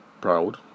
proud